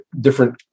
different